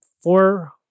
four